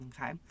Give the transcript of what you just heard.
Okay